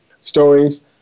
stories